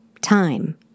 Time